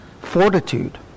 fortitude